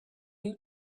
new